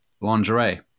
lingerie